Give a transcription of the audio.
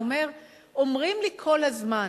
הוא אומר: אומרים לי כל הזמן: